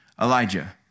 Elijah